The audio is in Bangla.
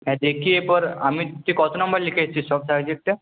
হ্যাঁ দেখি এরপর আমি তুই কত নম্বর লিখে এসছিস সব সাবজেক্টে